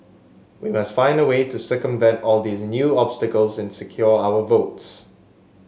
we must find a way to circumvent all these new obstacles and secure our votes